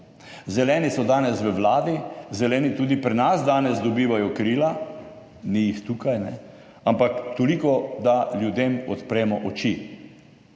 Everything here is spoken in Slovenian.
Zeleni so danes v vladi. Zeleni tudi pri nas danes dobivajo krila. Ni jih tukaj, ampak toliko, da ljudem odpremo oči.